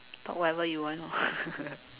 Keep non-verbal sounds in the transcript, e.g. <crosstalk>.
talk whatever you want lor <laughs>